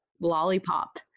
lollipop